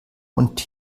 und